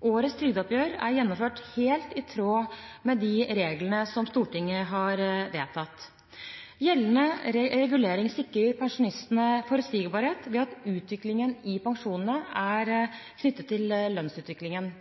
Årets trygdeoppgjør er gjennomført helt i tråd med de reglene som Stortinget har vedtatt. Gjeldende regulering sikrer pensjonistene forutsigbarhet ved at utviklingen i pensjonene er knyttet til lønnsutviklingen.